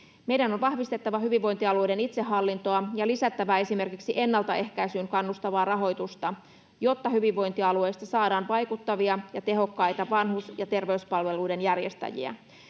Meidän on vahvistettava hyvinvointialueiden itsehallintoa ja lisättävä esimerkiksi ennaltaehkäisyyn kannustavaa rahoitusta, jotta hyvinvointialueista saadaan vaikuttavia ja tehokkaita vanhus‑ ja terveyspalveluiden järjestäjiä.